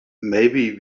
maybe